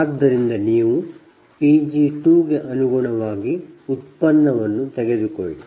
ಆದ್ದರಿಂದ ನೀವು Pg2 ಗೆ ಅನುಗುಣವಾಗಿ ಉತ್ಪನ್ನವನ್ನು ತೆಗೆದುಕೊಳ್ಳಿ